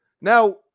Now